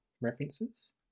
references